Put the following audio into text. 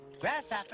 Grasshopper